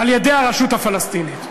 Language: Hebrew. על-ידי הרשות הפלסטינית.